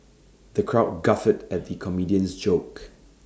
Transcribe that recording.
the crowd guffawed at the comedian's jokes